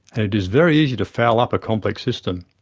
and it is very easy to foul up a complex system.